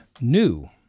new